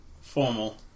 formal